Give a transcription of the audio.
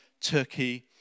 turkey